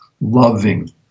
loving